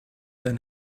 than